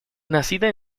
nacida